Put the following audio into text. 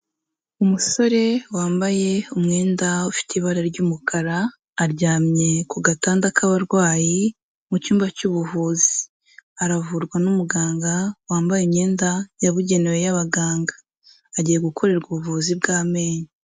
Umusore wambaye umwenda ufite ibara ry'umukara, aryamye ku gatanda k'abarwayi mu cyumba cy'ubuvuzi. Aravurwa n'umuganga wambaye imyenda yabugenewe y'abaganga. Agiye gukorerwa ubuvuzi bw'amenyo.